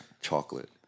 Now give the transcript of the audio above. chocolate